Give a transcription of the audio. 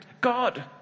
God